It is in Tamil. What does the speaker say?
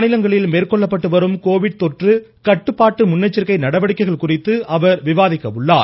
மாநிலங்களில் மேற்கொள்ளப்பட்டுவரும் கோவிட் தொற்று கட்டுப்பாட்டு முன்னெச்சரிக்கை நடவடிக்கைகள் குறித்து அவர் விவாதிக்க உள்ளார்